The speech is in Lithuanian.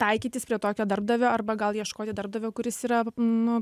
taikytis prie tokio darbdavio arba gal ieškoti darbdavio kuris yra nu